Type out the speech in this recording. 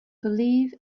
believe